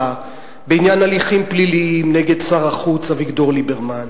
בעניין הליכים פליליים נגד שר החוץ אביגדור ליברמן,